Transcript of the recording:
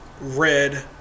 red